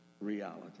reality